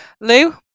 Lou